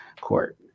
court